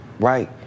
Right